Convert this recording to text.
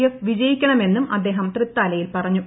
F വിജയിക്കണമെന്നും അദ്ദേഹം തൃത്താലയിൽ പറഞ്ഞു